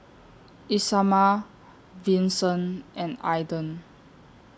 Isamar Vincent and Aidan